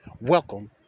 welcome